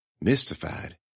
Mystified